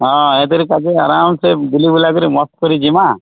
ହଁ ଏଥର କାଜି ଆରମ୍ ସେ ବୁଲି ବୁଲା କରି ମସ୍ତ୍ କରି ଜିମା